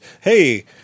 Hey